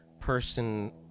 person